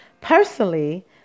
Personally